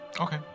Okay